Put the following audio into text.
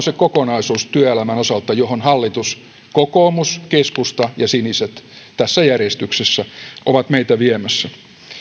se kokonaisuus työelämän osalta johon hallitus kokoomus keskusta ja siniset tässä järjestyksessä on meitä viemässä